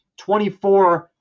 24